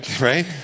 right